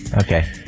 Okay